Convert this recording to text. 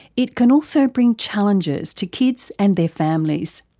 it can also bring challenges to kids and their families.